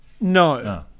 No